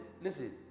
listen